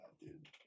dude